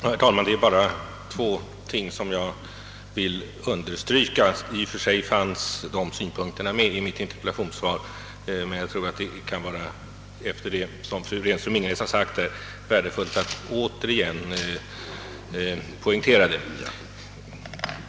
Herr talman! Det är bara två ting jag vill understryka. I och för sig fanns synpunkterna med i mitt interpellationssvar, men efter det som fru Renström-Ingenäs nu sagt tror jag det kan vara värdefullt att återigen poängtera dem.